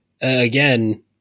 again